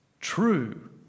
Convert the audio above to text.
true